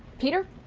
peter.